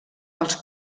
dels